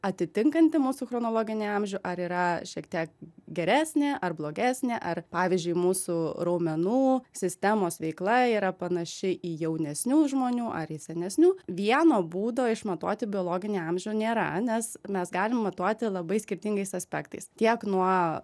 atitinkanti mūsų chronologinį amžių ar yra šiek tiek geresnė ar blogesnė ar pavyzdžiui mūsų raumenų sistemos veikla yra panaši į jaunesnių žmonių ar į senesnių vieno būdo išmatuoti biologinį amžių nėra nes mes galim matuoti labai skirtingais aspektais tiek nuo